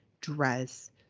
dress